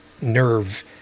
nerve